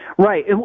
Right